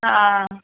ആ